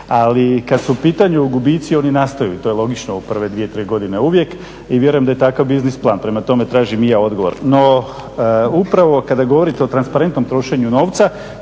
Ali kad su u pitanju gubitci, oni nastaju to je logično u prve dvije tri godine uvijek i vjerujem da je takav biznis plan, prema tome tražim i ja odgovor. No, upravo kada govorite o transparentnom trošenju novca,